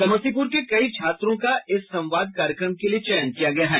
समस्तीपुर के कई छात्रों का इस संवाद कार्यक्रम के लिए चयन किया गया है